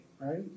right